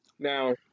Now